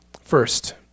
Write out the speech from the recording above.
First